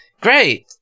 Great